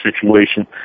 situation